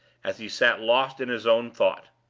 as he sat lost in his own thought.